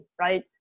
right